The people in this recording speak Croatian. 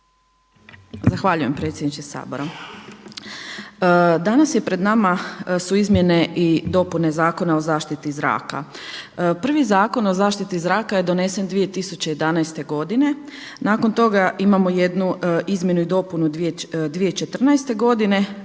Zahvaljujem predsjedniče Sabora. Danas je pred nama su izmjene i dopune Zakona o zaštiti zraka. Prvi Zakon o zaštiti zraka je donesen 2011. godine. Nakon toga imamo jednu izmjenu i dopunu 2014. godine